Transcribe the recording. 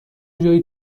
جای